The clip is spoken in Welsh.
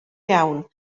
iawn